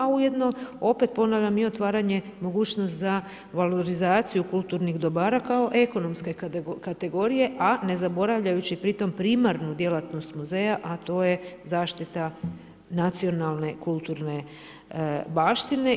A ujedno opet ponavljam i otvaranje mogućnost za valorizaciju kulturnih dobara kao ekonomske kategorije a ne zaboravljajući pri tome primarnu djelatnost muzeja a to je zaštita nacionalne kulturne baštine.